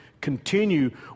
continue